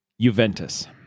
Juventus